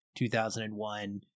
2001